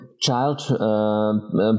child